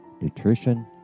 nutrition